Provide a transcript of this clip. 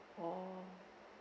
oh